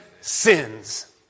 sins